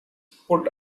put